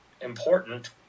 important